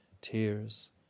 tears